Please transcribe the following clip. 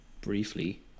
Briefly